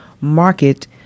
market